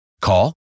Call